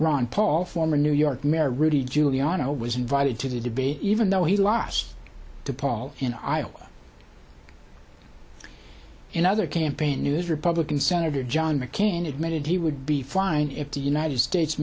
ron paul former new york mayor rudy giuliani who was invited to the debate even though he lost to paul in iowa in other campaign news republican senator john mccain admitted he would be fine if the united states